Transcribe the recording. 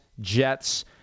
Jets